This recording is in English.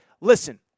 listen